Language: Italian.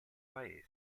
paese